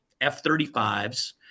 F-35s